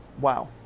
Wow